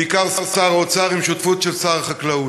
בעיקר של שר האוצר עם שותפות של שר החקלאות.